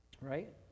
Right